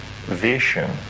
vision